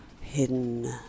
Hidden